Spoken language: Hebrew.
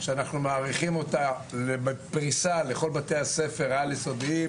שאנחנו מעריכים אותה בפריסה לכל בתי הספר העל-יסודיים,